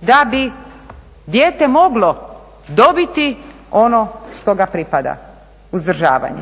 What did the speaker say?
da bi dijete moglo dobiti ono što ga pripada, uzdržavanje.